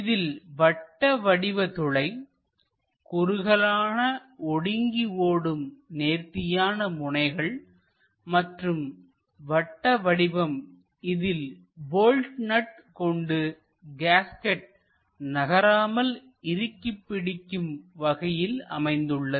இதில் வட்ட வடிவ துளைகுறுகலாக ஒடுங்கி செல்லும் நேர்த்தியான முனைகள் மற்றும் வட்ட வடிவம் இதில் போல்ட் நட் கொண்டு கேஸ்கட் நகராமல் இறுக்கிப் பிடிக்கும் வகையில் அமைந்துள்ளது